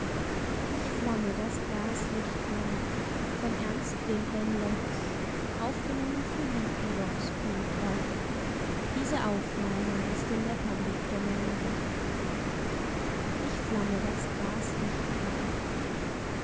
ich flamme das gaslicht an ich flamme das gaslicht